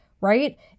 Right